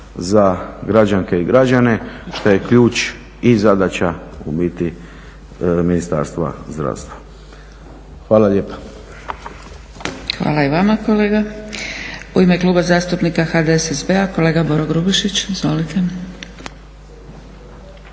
za građane i građanke što je ključ i zadaća u biti Ministarstva zdravstva. Hvala lijepa. **Zgrebec, Dragica (SDP)** Hvala i vama kolega. U ime Kluba zastupnika HDSSB-a kolega Boro Grubišić. Izvolite.